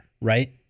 Right